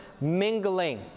mingling